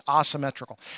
asymmetrical